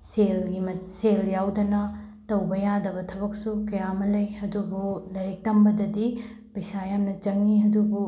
ꯁꯦꯜ ꯌꯥꯎꯗꯅ ꯇꯧꯕ ꯌꯥꯗꯕ ꯊꯕꯛꯁꯨ ꯀꯌꯥ ꯑꯃ ꯂꯩ ꯑꯗꯨꯕꯨ ꯂꯥꯏꯔꯤꯛ ꯇꯝꯕꯗꯗꯤ ꯄꯩꯁꯥ ꯌꯥꯝꯅ ꯆꯪꯏ ꯑꯗꯨꯕꯨ